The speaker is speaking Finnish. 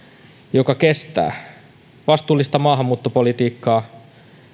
joka kestää vastuullista maahanmuuttopolitiikkaa